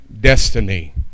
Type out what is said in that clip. destiny